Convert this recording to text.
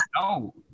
no